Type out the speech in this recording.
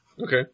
Okay